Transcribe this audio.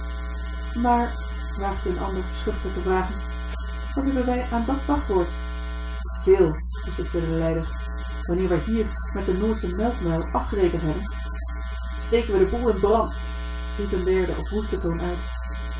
maar waagde een ander schuchter te vragen wat hebben wij aan dàt wachtwoord veel besliste de leider wanneer wij hier met den noordschen melkmuil afgerekend hebben steken wij den boel in brand riep een derde op woesten toon uit